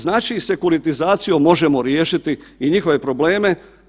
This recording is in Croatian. Znači sekuritizacijom možemo riješiti i njihove probleme.